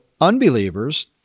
unbelievers